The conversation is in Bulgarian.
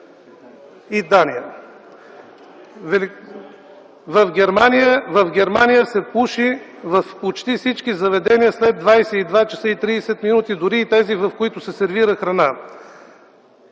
и Дания. В Германия се пуши в почти всички заведения след 22,30 ч., дори и тези, в които се сервира храна.